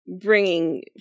bringing